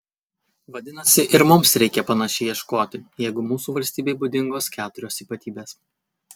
vadinasi ir mums reikia panašiai ieškoti jeigu mūsų valstybei būdingos keturios ypatybės